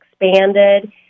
expanded